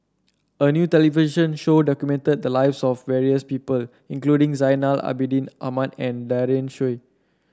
a new television show documented the lives of various people including Zainal Abidin Ahmad and Daren Shiau